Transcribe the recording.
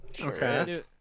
Okay